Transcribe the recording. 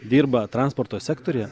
dirba transporto sektoriuje